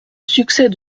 succès